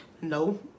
No